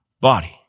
body